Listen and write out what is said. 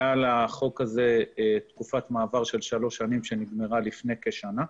הייתה לחוק הזה תקופת מעבר של שלוש שנים שנגמרה לפני כשנה,